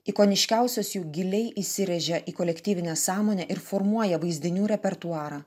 ikoniškiausios jų giliai įsirėžė į kolektyvinę sąmonę ir formuoja vaizdinių repertuarą